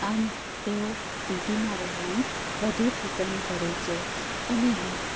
આમ તેઓ સિટીમાં રહેવાનું વધુ પસંદ કરે છે અને હા